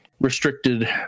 restricted